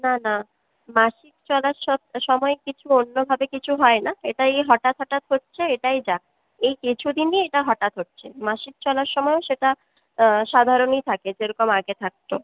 না না মাসিক চলার স সময় কিছু অন্যভাবে কিছু হয় না এটা এই হঠাৎ হঠাৎ হচ্ছে এটাই যা এই কিছুদিনই এটা হঠাৎ হচ্ছে মাসিক চলার সময় সেটা সাধারণই থাকে যেরকম আগে থাকতো